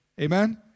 Amen